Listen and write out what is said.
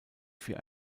für